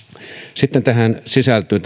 sitten tähän samaan problematiikkaan sisältyy